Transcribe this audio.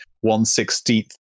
one-sixteenth